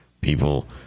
people